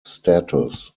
status